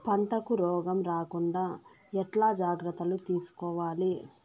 పంటకు రోగం రాకుండా ఎట్లా జాగ్రత్తలు తీసుకోవాలి?